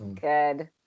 Good